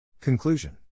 Conclusion